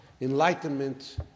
enlightenment